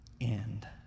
end